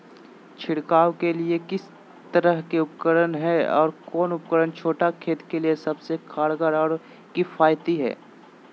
छिड़काव के लिए कितना तरह के उपकरण है और कौन उपकरण छोटा खेत के लिए सबसे कारगर और किफायती है?